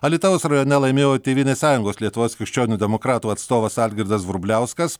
alytaus rajone laimėjo tėvynės sąjungos lietuvos krikščionių demokratų atstovas algirdas vrubliauskas